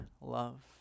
love